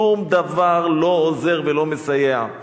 שום דבר לא עוזר ולא מסייע.